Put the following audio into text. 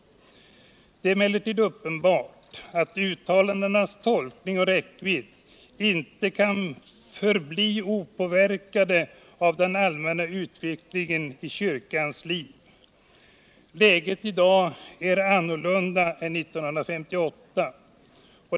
Det är emellertid uppenbart att uttalandenas tolkning och räckvidd inte kan förbli opåverkade av den allmänna utvecklingen i kyrkans liv. Läget i dag är helt annorlunda än 1958.